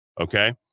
okay